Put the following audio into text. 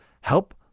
Help